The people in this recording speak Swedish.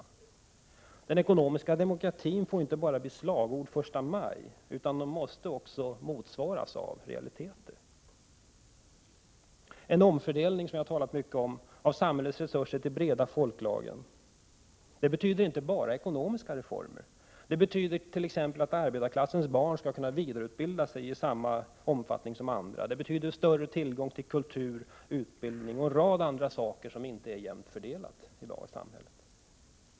Den ekonomiska demokratin får inte bara bli slagord första maj, utan den måste också motsvaras av realiteter. En omfördelning, som jag talat mycket om, av samhällets resurser till de breda folklagren betyder inte bara ekonomiska reformer. Det betyder t.ex. att arbetarklassens barn skall kunna vidareutbilda sig i samma omfattning som andra. Det betyder större tillgång till kultur, utbildning och en rad andra saker som inte är jämnt fördelade i samhället i dag.